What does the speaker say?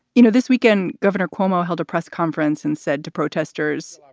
you know, this weekend, governor cuomo held a press conference and said to protesters,